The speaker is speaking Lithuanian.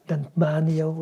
bent man jau